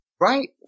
Right